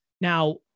Now